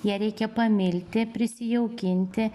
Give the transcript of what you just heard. ją reikia pamilti prisijaukinti